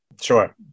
sure